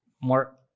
more